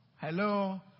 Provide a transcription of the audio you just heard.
Hello